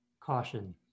Caution